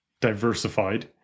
diversified